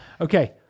Okay